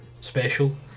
special